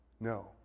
No